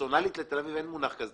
פרסונלית לתל אביב, אין מונח כזה.